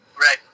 Right